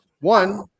One